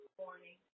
morning